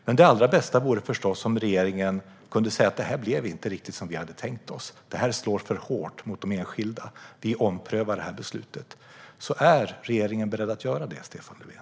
Men det allra bästa vore förstås om regeringen kunde säga att detta inte blev riktigt som man tänkt sig, att det slår för hårt mot de enskilda och att man omprövar beslutet. Är regeringen beredd att göra det, Stefan Löfven?